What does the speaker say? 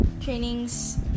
trainings